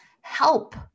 help